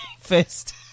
First